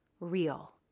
real